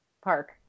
park